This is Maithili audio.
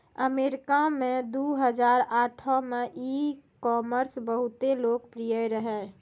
अमरीका मे दु हजार आठो मे ई कामर्स बहुते लोकप्रिय रहै